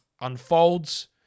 unfolds